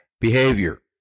behavior